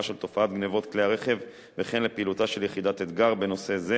של תופעת גנבת כלי הרכב וכן לפעילותה של יחידת "אתגר" בנושא זה,